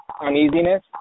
uneasiness